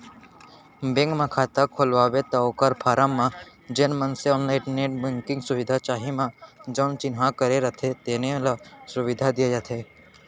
bank म खाता खोलवाबे त ओकर फारम म जेन मनसे ऑनलाईन नेट बेंकिंग सुबिधा चाही म जउन चिन्हा करे रथें तेने ल सुबिधा दिये जाथे